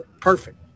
perfect